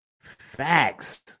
Facts